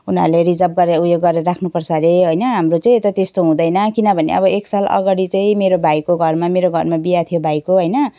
उनीहरूले रिजर्व गरेर उयो गरेर राख्नुपर्छ अरे होइन हाम्रो चाहिँ यता त्यस्तो हुँदैन किनभने अब एक सालअगाडि चाहिँ मेरो भाइको घरमा मेरो घरमा बिहा थियो भाइको होइन